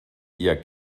ihr